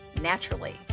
naturally